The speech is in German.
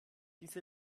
diese